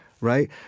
right